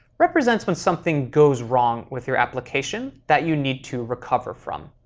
represents when something goes wrong with your application that you need to recover from.